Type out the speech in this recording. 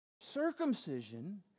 Circumcision